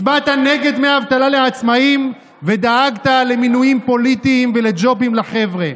הצבעת נגד דמי אבטלה לעצמאים ודאגת למינויים פוליטיים ולג'ובים לחבר'ה.